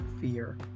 fear